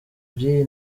by’iyi